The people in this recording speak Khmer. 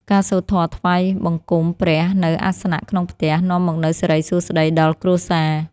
ការសូត្រធម៌ថ្វាយបង្គំព្រះនៅអាសនៈក្នុងផ្ទះ នាំមកនូវសិរីសួស្តីដល់គ្រួសារ។